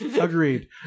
Agreed